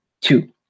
two